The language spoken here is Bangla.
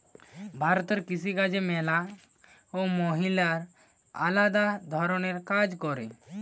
ভারতে কৃষি কাজে ম্যালা মহিলারা আলদা ধরণের কাজ করে